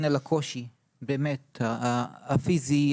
הקושי הפיזי,